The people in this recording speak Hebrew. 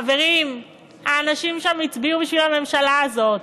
חברים, האנשים שם הצביעו בשביל הממשלה הזאת,